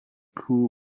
crew